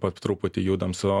po truputį judam su